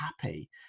happy